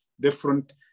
different